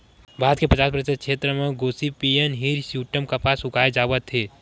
भारत के पचास परतिसत छेत्र म गोसिपीयम हिरस्यूटॅम कपसा उगाए जावत हे